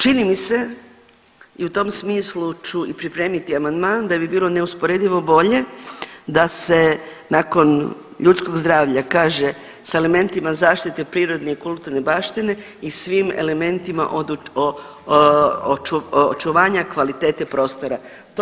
Čini mi se i u tom smislu ću pripremiti amandman da bi bilo neusporedivo bolje da se nakon ljudskog zdravlja kaže s elementima zaštite prirodne i kulturne baštine i svim elementima očuvanja kvalitete prostora.